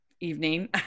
evening